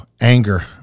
anger